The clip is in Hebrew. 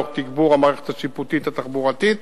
תוך תגבור המערכת השיפוטית התחבורתית,